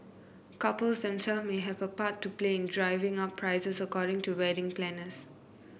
couples themselves may have a part to play in driving up prices according to wedding planners